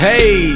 Hey